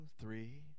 three